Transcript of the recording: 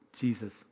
Jesus